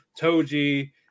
Toji